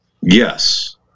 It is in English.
Yes